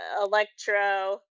Electro